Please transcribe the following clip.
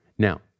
Now